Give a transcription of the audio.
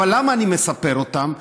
אבל למה אני מספר אותם?